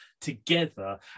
together